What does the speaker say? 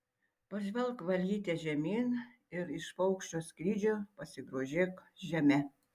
pažvelk valyte žemyn ir iš paukščio skrydžio pasigrožėk žeme